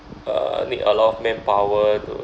uh need a lot of manpower to